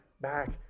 back